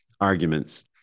arguments